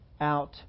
out